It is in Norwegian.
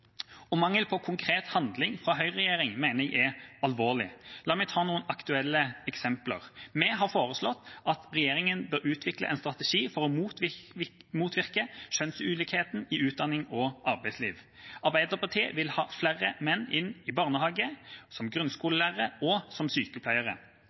Mangel på konkret handling fra høyreregjeringa mener jeg er alvorlig. La meg ta noen aktuelle eksempler. Vi har foreslått at regjeringa bør utvikle en strategi for å motvirke kjønnsulikheten i utdanning og arbeidsliv. Arbeiderpartiet vil ha flere menn inn i barnehagen, som